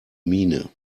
miene